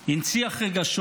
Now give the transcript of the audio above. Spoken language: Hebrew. הנציח רגשות,